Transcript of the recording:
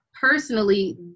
personally